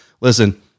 Listen